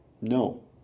No